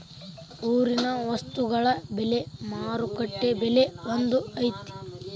ಊರಿನ ವಸ್ತುಗಳ ಬೆಲೆ ಮಾರುಕಟ್ಟೆ ಬೆಲೆ ಒಂದ್ ಐತಿ?